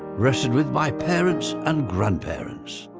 rested with my parents and grandparents.